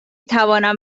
توانم